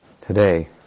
today